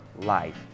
life